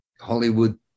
Hollywood